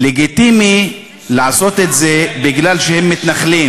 לגיטימי לעשות את זה בגלל שהם מתנחלים.